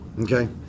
okay